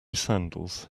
sandals